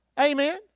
Amen